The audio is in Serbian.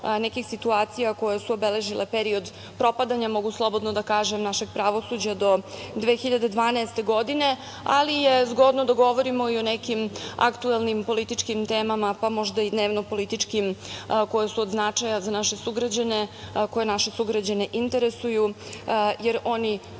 nekih situacija koje su obeležile period propadanja, mogu slobodno da kažem, našeg pravosuđa do 2012. godine, ali je zgodno da govorimo i o nekim aktuelnim političkim temama, pa možda i dnevno-političkim koje su od značaja za naše sugrađane, a koje naše sugrađane interesuju, jer zaista